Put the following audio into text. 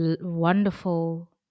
wonderful